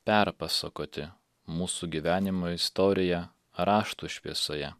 perpasakoti mūsų gyvenimo istoriją raštų šviesoje